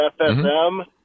FSM